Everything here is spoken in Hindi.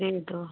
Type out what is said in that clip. दे दो